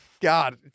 God